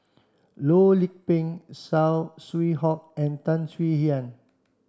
Loh Lik Peng Saw Swee Hock and Tan Swie Hian